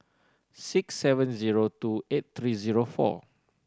six seven zero two eight three zero four